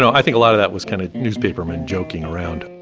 i think a lot of that was kind of newspapermen joking around